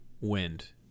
wind